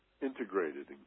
Integrated